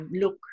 look